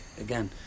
again